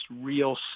real